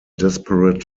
desperate